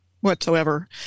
whatsoever